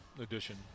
Edition